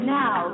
now